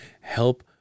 help